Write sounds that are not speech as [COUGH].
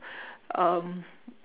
[BREATH] um